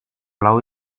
lau